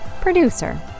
producer